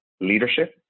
leadership